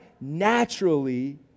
naturally